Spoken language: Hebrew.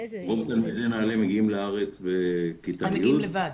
רוב תלמידי נעל"ה מגיעים לארץ בכיתה י'.